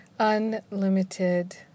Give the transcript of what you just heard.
Unlimited